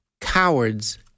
Cowards